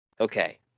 Okay